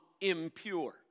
impure